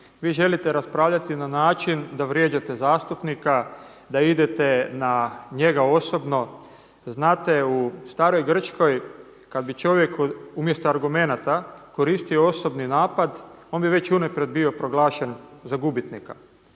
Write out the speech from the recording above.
vi želite raspravljati na način da vrijeđate zastupnika, da idete na njega osobno. Znate u staroj Grčkoj kad bi čovjek umjesto argumenata koristio osobni napad on bi već unaprijed bio proglašen za gubitnika.